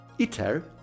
ITER